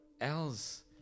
else